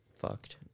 fucked